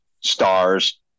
stars